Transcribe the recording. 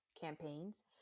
campaigns